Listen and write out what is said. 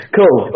Cool